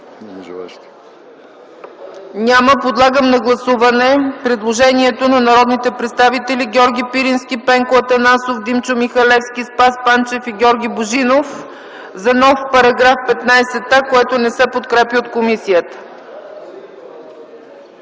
Няма. Подлагам на гласуване предложението на народните представители Георги Пирински, Пенко Атанасов, Димчо Михалевски, Спас Панчев и Георги Божинов за нов § 15а, което не се подкрепя от комисията.